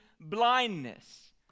blindness